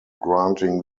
granting